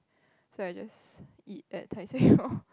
so I just eat at Tai-Seng orh